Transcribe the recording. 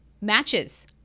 Matches